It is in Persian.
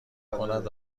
کند